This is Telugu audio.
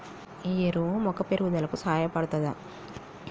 ఈ ఎరువు మొక్క పెరుగుదలకు సహాయపడుతదా?